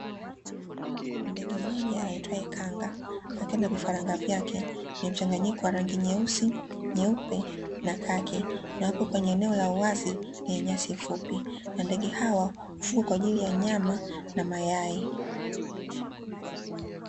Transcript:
Ndege mmoja aitwaye kanga akiwa na vifaranga vyake vya mchanganyiko wa rangi nyeusi, nyeupe na kaki na wapo kwenye eneo la uwazi lenye nyasi fupi na ndege hawa hufugwa kwa ajili ya nyama na mayai.